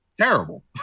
Terrible